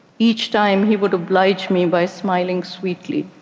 each time, he would oblige me by smiling sweetly.